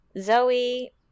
Zoe